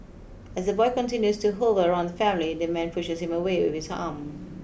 as the boy continues to hover around the family the man pushes him away with his arm